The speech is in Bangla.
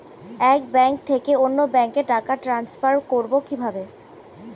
এক ব্যাংক থেকে অন্য ব্যাংকে টাকা ট্রান্সফার করবো কিভাবে?